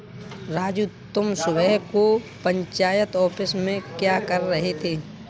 राजू तुम सुबह को पंचायत ऑफिस में क्या कर रहे थे?